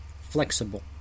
flexible